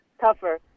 tougher